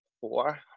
four